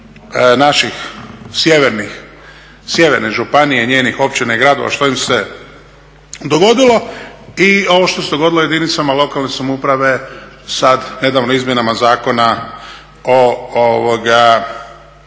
naših sjevernih, sjeverne županije i njenih općina i gradova što im se dogodilo i ovo što se dogodilo jedinicama lokalne samouprave sad nedavno Izmjenama zakona o